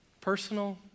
Personal